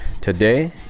today